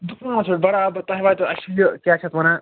دُکانس پٮ۪ٹھ برابر تۄہہِ واتیٚو اسہِ چھِ یہِ کیٛاہ چھِ اَتھ وَنان